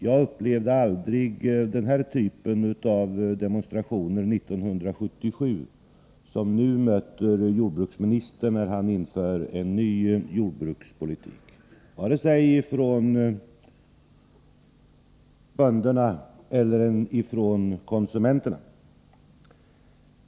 Jag upplevde aldrig den typ av demonstration 1977 — varken från bönderna eller från konsumenterna — som nu möter jordbruksministern när han inför en ny jordbrukspolitik.